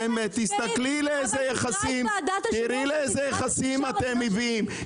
תראי לאיזה יחסים אתם מביאים.